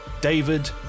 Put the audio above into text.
David